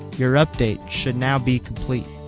your update should now be complete